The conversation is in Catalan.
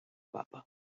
papa